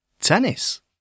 tennis